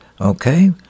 okay